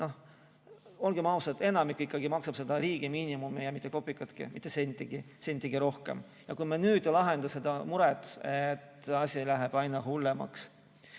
Olgem ausad, enamik ikkagi maksab riigi miinimumi ja mitte kopikatki, mitte sentigi rohkem. Kui me nüüd ei lahenda seda muret, siis asi läheb aina hullemaks.